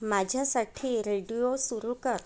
माझ्यासाठी रेडिओ सुरू कर